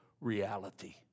reality